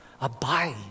abide